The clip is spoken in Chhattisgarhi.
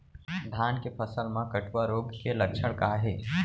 धान के फसल मा कटुआ रोग के लक्षण का हे?